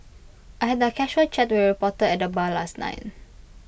I had A casual chat with A reporter at the bar last night